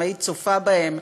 אם היית צופה בהם,